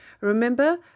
Remember